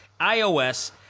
iOS